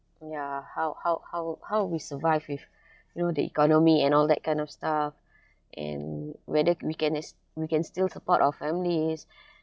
ya how how how how we survive if you know the economy and all that kind of stuff and whether we can ex~ we can still support our families